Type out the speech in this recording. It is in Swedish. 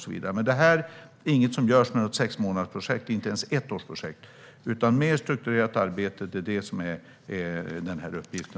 Detta är inget som görs med något sexmånadersprojekt eller ens i ett ettårsprojekt, utan uppgiften handlar om ett mer strukturerat arbete.